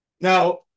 Now